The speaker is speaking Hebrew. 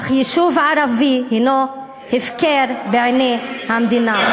אך יישוב ערבי הנו הפקר בעיני המדינה".